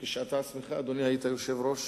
כשאתה עצמך, אדוני, היית יושב-ראש